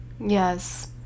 Yes